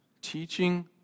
teaching